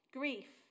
grief